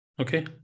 Okay